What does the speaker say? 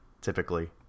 typically